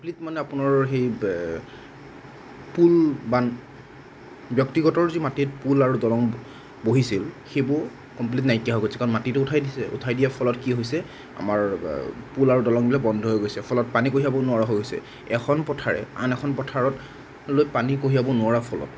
complete মানে আপোনাৰ সেই পুল বা ব্যক্তিগত যি মাটিত পুল আৰু দলং বহিছিল সেইবোৰ কমপ্লিট নাইকিয়া হৈ গৈছে কাৰণ মাটিটো উঠাই দিছে উঠাই দিয়াৰ ফলত কি হৈছে আমাৰ পুল আৰু দলংবিলাক বন্ধ হৈ গৈছে ফলত পানী কঢ়িয়াব নোৱাৰা হৈ গৈছে এখন পথাৰে আন এখন পথাৰলৈ পানী কঢ়িয়াব নোৱাৰাৰ ফলত